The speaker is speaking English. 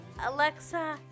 Alexa